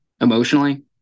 emotionally